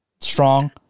strong